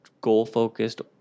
goal-focused